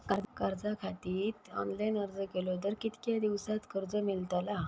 कर्जा खातीत ऑनलाईन अर्ज केलो तर कितक्या दिवसात कर्ज मेलतला?